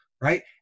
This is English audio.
right